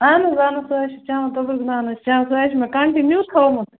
اہن حظ اہن حظ سُہ حظ چھِ چٮ۪وان توٚبرُک دانہٕ حظ چھِ چٮ۪وان سُہ حظ چھِ مےٚ کَنٛٹِنیوٗ تھوٚمُت